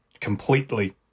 completely